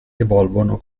evolvono